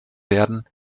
werden